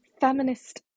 feminist